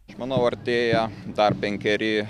aš manau artėja dar penkeri